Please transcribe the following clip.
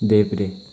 देब्रे